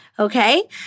Okay